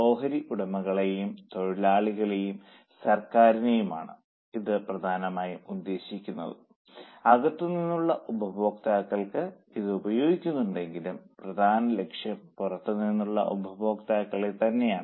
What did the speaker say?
ഓഹരി ഉടമകളെയും തൊഴിലാളികളെയും സർക്കാരിനെയും ആണ് ഇത് പ്രധാനമായും ഉദ്ദേശിക്കുന്നത് അകത്തുനിന്നുള്ള ഉപഭോക്താക്കൾ ഇത് ഉപയോഗിക്കുന്നുണ്ട് എങ്കിലും പ്രധാന ലക്ഷ്യം പുറത്തുനിന്നുള്ള ഉപഭോക്താക്കൾ തന്നെയാണ്